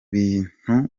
bintu